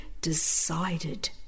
decided